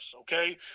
okay